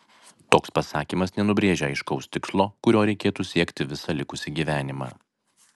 toks pasakymas nenubrėžia aiškaus tikslo kurio reikėtų siekti visą likusį gyvenimą